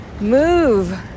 move